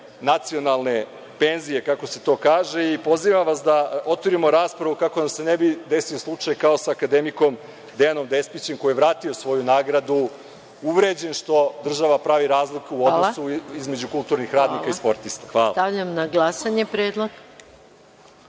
nacionalne penzije, kako se to kaže. Pozivam vas da otvorimo raspravu, kako nam se ne bi desio slučaju kao sa akademikom Dejanom Despićem, koji je vratio svoju nagradu, uvređen što država pravi razliku između kulturnih radnika i sportista. Hvala. **Maja Gojković**